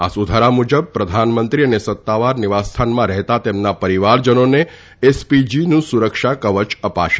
આ સુધારા મુજબ પ્રધાનમંત્રી અને સત્તાવાર નિવાસ સ્થાનમાં રહેતા તેમના પરીવારજનોને એસપીજીનું સુરક્ષા કવય અપાશે